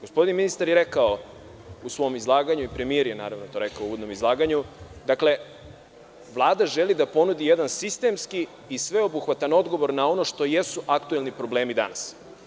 Gospodin ministar je rekao u svom izlaganju i premijer je naravno, to rekao u uvodnom izlaganju, dakle, Vlada želi da ponudi jedan sistemski i sveobuhvatan odgovor na ono što jesu aktuelni problemi danas.